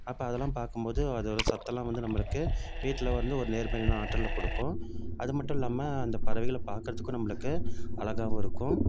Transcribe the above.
அப்போ அதெலான் பார்க்கும் போது அதோடயசத்தம்லான் வந்து நம்மளுக்கு வீட்டில் வந்து ஒரு நேர்மையின் ஆற்றலை கொடுக்கும் அது மட்டும் இல்லாமல் அந்த பறவைகளை பார்க்குறதுக்கும் நம்மளுக்கு அழகாவும் இருக்கும்